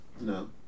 No